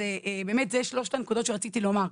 אז באמת, אלו שלושת הנקודות שרציתי לומר.